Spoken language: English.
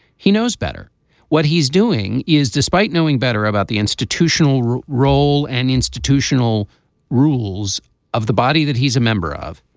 he knows better what he's doing is despite knowing better about the institutional role role and institutional rules of the body that he's a member of.